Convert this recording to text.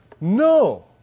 No